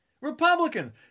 Republicans